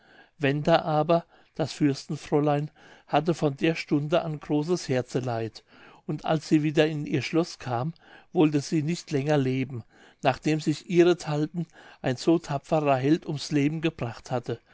wenda aber das fürstenfräulein hatte von der stunde an großes herzeleid und als sie wieder in ihr schloß kam wollte sie nicht länger leben nachdem sich ihrenthalben ein so tapferer held ums leben gebracht hatte